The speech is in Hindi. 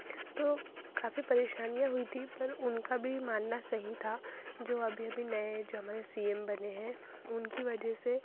तो काफ़ी परेशानियाँ हुई थी पर उनका भी मानना सही था जो अभी अभी नए जो हमारे सी एम बने हैं उनकी वजह से